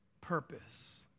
purpose